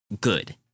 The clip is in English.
good